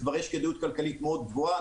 כבר יש כדאיות כלכלית מאוד גבוהה על